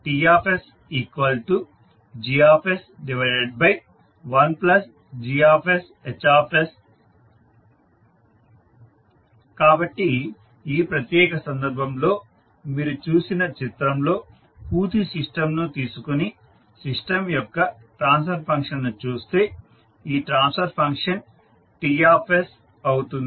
TsG 1 GsH కాబట్టి ఈ ప్రత్యేక సందర్భంలో మీరు చూసిన చిత్రంలో పూర్తి సిస్టంను తీసుకొని సిస్టం యొక్క ట్రాన్స్ఫర్ ఫంక్షన్ను చూస్తే ఈ ట్రాన్స్ఫర్ ఫంక్షన్ T అవుతుంది